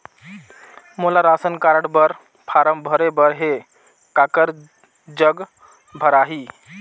मोला ration card बर form भरे बर हे काकर जग भराही?